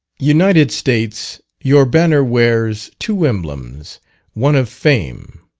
united states, your banner wears, two emblems one of fame